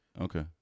Okay